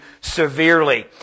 severely